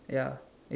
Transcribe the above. ya it